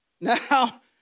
Now